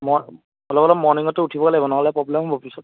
ম অলপ অলপ মৰ্ণিঙটো উঠিব লাগিব নহ'লে প্ৰবলেম হ'ব পিছত